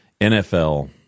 NFL